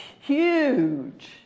huge